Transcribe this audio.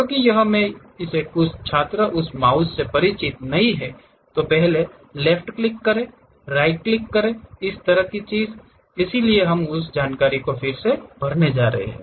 क्योंकि यह में से कुछ छात्र इस माउस से बहुत परिचित नहीं हैं लेफ्ट क्लिक करें राइट क्लिक करें इस तरह की चीज़ इसलिए हम उस जानकारी को फिर से भरने जा रहे हैं